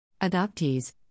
Adoptees